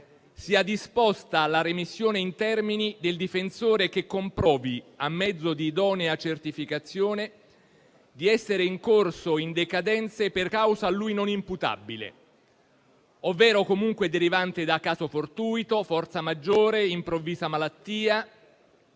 sia disposta la remissione in termini del difensore che comprovi, a mezzo di idonea certificazione, di essere incorso in decadenze per causa a lui non imputabile, ovvero comunque derivante da caso fortuito, forza maggiore o improvvisa malattia,